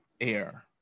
air